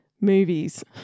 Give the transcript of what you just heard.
movies